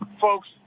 folks